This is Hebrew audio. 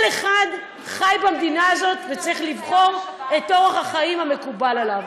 כל אחד חי במדינה הזאת וצריך לבחור את אורח החיים המקובל עליו,